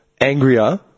angrier